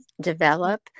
develop